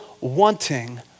wanting